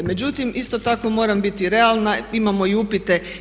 Međutim, isto tako moram biti realna, imamo i upite.